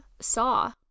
Saw